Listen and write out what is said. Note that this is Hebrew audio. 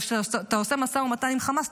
כשאתה עושה משא ומתן עם חמאס,